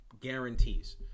guarantees